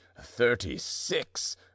thirty-six